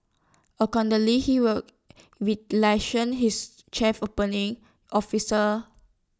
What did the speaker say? accordingly he will his chief operating officers